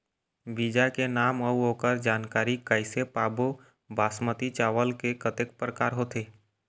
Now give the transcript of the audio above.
बीज के नाम अऊ ओकर जानकारी कैसे पाबो बासमती चावल के कतेक प्रकार होथे?